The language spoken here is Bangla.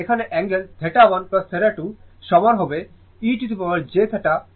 সুতরাং এখানে অ্যাঙ্গেল θ1 θ2 সমান হবে e jθ 1 θ2 এর সাথে